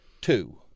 Two